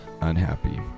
unhappy